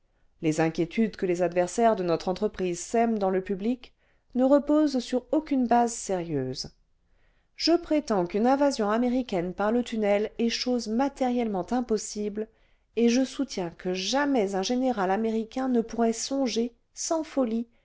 les inquiétudes que les adversaires de notre entreprise sèment dans le public ne reposent sur aucune base sérieuse je prétends qu'une invasion américaine par le tunnel est chose matériellement impossible et je soutiens que jamais un général américain ne pourrait songer sans folie